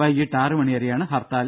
വൈകീട്ട് ആറ് മണി വരെയാണ് ഹർത്താൽ